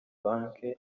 banki